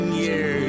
years